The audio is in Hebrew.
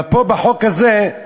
אבל פה, בחוק הזה,